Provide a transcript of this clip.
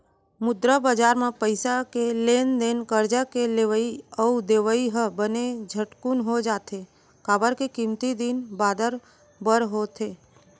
मुद्रा बजार म पइसा के लेन देन करजा के लेवई अउ देवई ह बने झटकून हो जाथे, काबर के कमती दिन बादर बर होथे